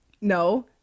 No